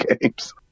games